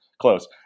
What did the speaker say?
close